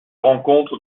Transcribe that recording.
rencontre